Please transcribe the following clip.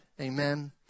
Amen